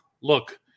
look